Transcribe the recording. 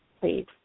please